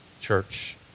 church